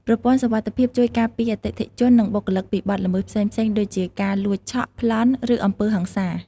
ប្រព័ន្ធសុវត្ថិភាពជួយការពារអតិថិជន និងបុគ្គលិកពីបទល្មើសផ្សេងៗដូចជា ការលួចឆក់ ប្លន់ ឬអំពើហិង្សា។